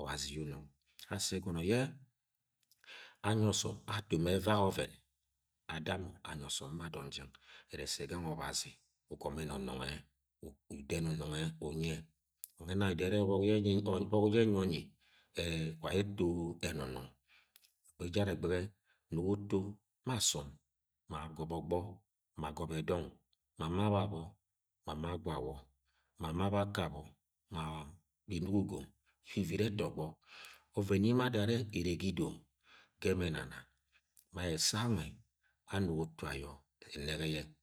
obazi ye unung asi egono ye anyi osom ato ma evak oven ada mọ anyi ọsọm ma di adọn jang ere ese ganwe obazi ugomo uda enonong umye wang nwa ena edow ene obok ye enyi onyi e-e wa aye eto enonong egbege ejara egbege nugo utu ma asom ma agobo ogbe ma agobe dong ma-ma babo ma-ma gwawo ma-ma baka abo ma-a inuk ugom uciviri eto ogbo oven ye emo adoro are ere ga idom ge mo enana ma-esanwe anug utu ayo enege ye